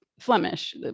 Flemish